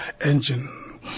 engine